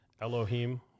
Elohim